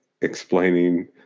explaining